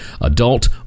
adult